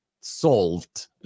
solved